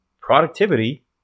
Productivity